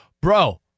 bro –